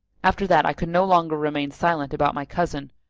after that i could no longer remain silent about my cousin,